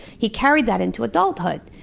he carried that into adulthood.